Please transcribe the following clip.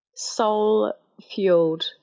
soul-fueled